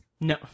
No